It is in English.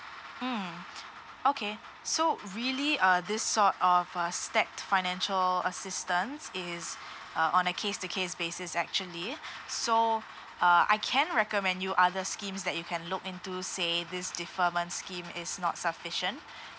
mm okay so really uh this sort of uh stepped financial assistance is uh on a case to case basis actually so uh I can recommend you other schemes that you can look into say this deferment scheme is not sufficient